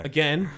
Again